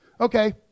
okay